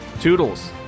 Toodles